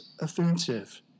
offensive